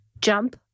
Jump